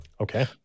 Okay